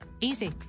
Easy